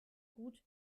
gut